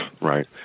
right